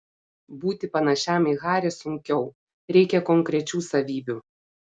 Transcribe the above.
būti panašiam į harį sunkiau reikia konkrečių savybių